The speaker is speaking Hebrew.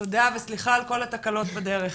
תודה וסליחה על כל התקלות בדרך.